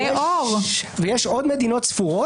אנחנו עור לגויים,